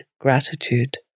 gratitude